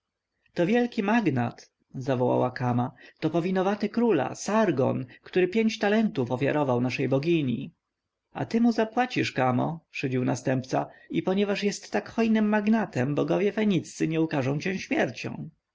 to wielki magnat zawołała kama to powinowaty króla sargon który pięć talentów ofiarował naszej bogini a ty mu wywzajemniasz się kamo szydził następca i ponieważ jest tak hojnym magnatem bogowie feniccy nie ukarzą cię śmiercią